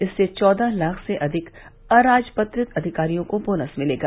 इससे चौदह लाख से अधिक अराजपत्रित अधिकारियों को बोनस मिलेगा